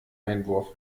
einwurf